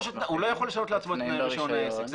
הוא לא יכול לשנות לעצמו תנאי רישיון העסק.